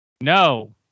No